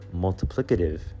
multiplicative